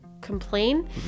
complain